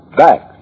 back